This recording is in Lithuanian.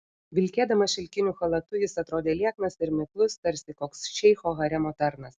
vilkėdamas šilkiniu chalatu jis atrodė lieknas ir miklus tarsi koks šeicho haremo tarnas